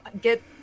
get